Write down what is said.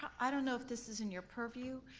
i don't know if this is in your purview,